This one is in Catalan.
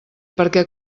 perquè